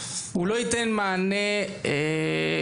הוא לא ייתן מענה מלא,